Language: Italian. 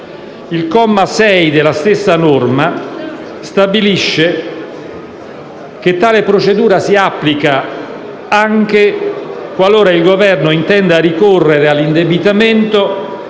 Il comma 6 della stessa norma stabilisce che tale procedura si applica anche qualora il Governo intenda ricorrere all'indebitamento